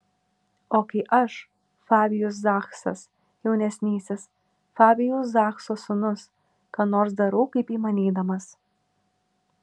o kai aš fabijus zachsas jaunesnysis fabijaus zachso sūnus ką nors darau kaip įmanydamas